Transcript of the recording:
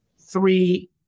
three